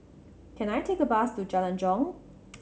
can I take a bus to Jalan Jong